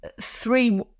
three